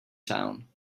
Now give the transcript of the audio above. town